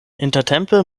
intertempe